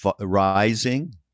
rising